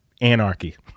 anarchy